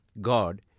God